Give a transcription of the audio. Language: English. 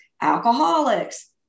alcoholics